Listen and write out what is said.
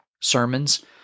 sermons